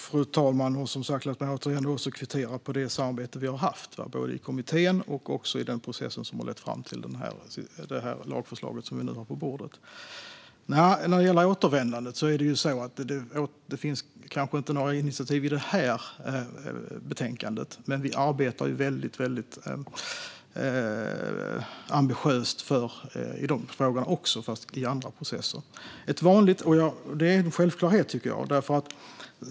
Fru talman! Låt mig återigen kvittera på det samarbete vi har haft både i kommittén och i den process som har lett fram till det lagförslag som vi nu har på bordet. När det gäller återvändandet finns det kanske inte några initiativ i det här betänkandet, men vi arbetar väldigt ambitiöst i de frågorna, fast i andra processer. Det är en självklarhet, tycker jag.